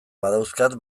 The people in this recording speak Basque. badauzkat